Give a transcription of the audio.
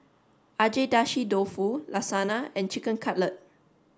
Agedashi Dofu Lasagna and Chicken Cutlet